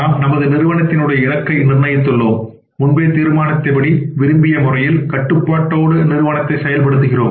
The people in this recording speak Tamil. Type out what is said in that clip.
நாம் நமது நிறுவனத்தின் உடைய இலக்கை நிர்ணயித்துள்ளோம் முன்பே தீர்மானிக்கப்பட்டபடி விரும்பிய முறையில் கட்டுப்பாட்டோடு நிறுவனத்தை செயல்படுத்துகிறோம்